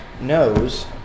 knows